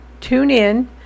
TuneIn